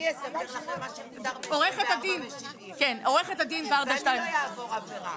אני אספר לכם מה שמוגדר ב-24 ו-70 ואני לא אעבור עבירה.